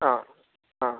ആ ആ